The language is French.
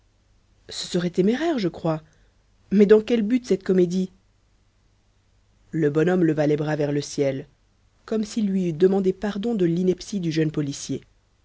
ce serait téméraire je crois mais dans quel but cette comédie le bonhomme leva les bras vers le ciel comme s'il lui eût demandé pardon de l'ineptie du jeune policier